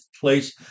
place